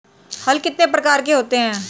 हल कितने प्रकार के होते हैं?